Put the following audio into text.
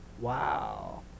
Wow